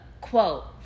quote